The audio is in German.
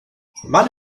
mann